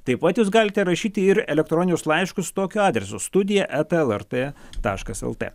taip pat jūs galite rašyti ir elektroninius laiškus tokiu adresu studija eta lrt taškas lt